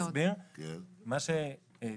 אף אחד אפילו